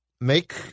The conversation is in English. make